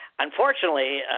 Unfortunately